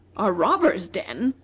a robber's den!